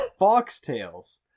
foxtails